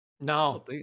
No